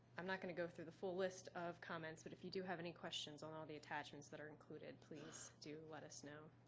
i'm not going to go through the full list of comments, but if you do have any questions on all the attachments that are included, please do let us know.